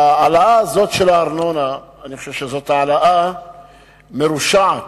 ההעלאה של הארנונה היא העלאה מרושעת,